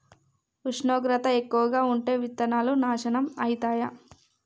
ఉష్ణోగ్రత ఎక్కువగా ఉంటే విత్తనాలు నాశనం ఐతయా?